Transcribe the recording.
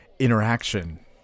interaction